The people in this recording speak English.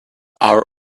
our